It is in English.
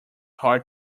hard